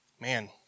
Man